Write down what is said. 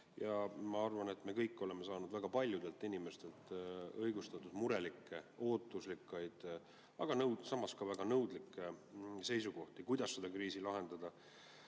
Ma arvan, et me kõik oleme saanud väga paljudelt inimestelt õigustatult murelikke, ootusrikkaid, aga samas ka väga nõudlikke seisukohti, kuidas seda kriisi lahendada,